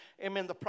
Amen